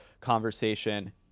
conversation